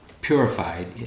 purified